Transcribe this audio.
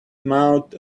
mouth